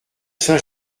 saint